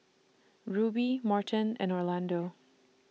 Rubie Morton and Orlando